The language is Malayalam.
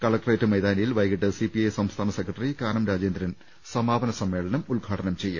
കലക്ടറേറ്റ് മൈതാനിയിൽ വൈകിട്ട് സി പി ഐ സംസ്ഥാന സെക്രട്ടറി കാനം രാജേന്ദ്രൻ സമാപന സമ്മേളനം ഉദ്ഘാടനം ചെയ്യും